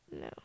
No